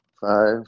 Five